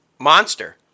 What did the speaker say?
Monster